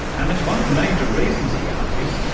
and that's one of the major reasons, he argues,